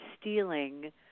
stealing